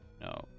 No